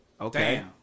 Okay